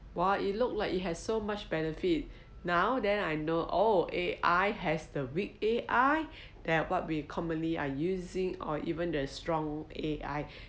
!wah! it looks like it has so much benefit now then I know oh A_I has the weak A_I then what we commonly are using or even the strong A_I